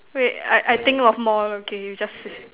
wait I I think of more okay you just sit